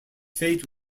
fate